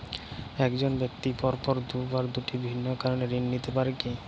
এক জন ব্যক্তি পরপর দুবার দুটি ভিন্ন কারণে ঋণ নিতে পারে কী?